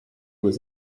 was